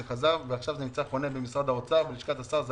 זה חזר ועכשיו חונה בלשכת שר האוצר.